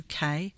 uk